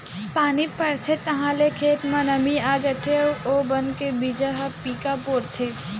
पानी परथे ताहाँले खेत म नमी आ जाथे अउ ओ बन के बीजा ह पीका फोरथे